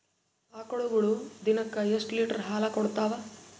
ಆಕಳುಗೊಳು ದಿನಕ್ಕ ಎಷ್ಟ ಲೀಟರ್ ಹಾಲ ಕುಡತಾವ?